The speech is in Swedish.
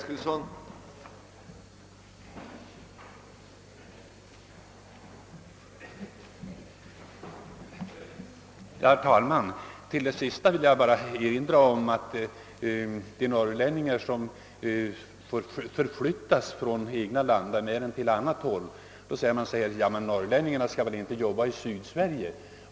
Herr talman! Till det sist sädda vill jag bara erinra om att när norrlänningar förflyttas från de egna landamärena vill man inte att de skall behöva arbeta i Sydsverige.